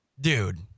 Dude